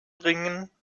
bringen